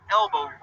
elbow